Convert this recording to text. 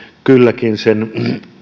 kylläkin sen